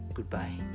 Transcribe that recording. Goodbye